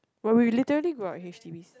where we literally grow up in h_d_bs